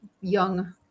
young